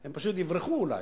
הם פשוט יברחו, אולי.